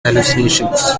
hallucinations